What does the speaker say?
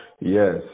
Yes